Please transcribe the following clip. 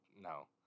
no